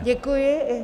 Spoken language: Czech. Děkuji.